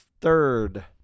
third